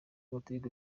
amategeko